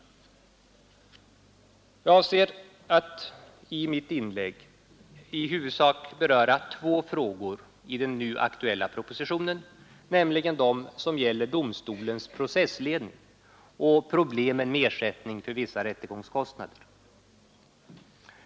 Jag avser att i mitt inlägg i huvudsak beröra två frågor i den nu aktuella propositionen, nämligen de som gäller domstolens processledning och problemen med ersättning för vissa rättegångskostnader.